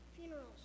Funerals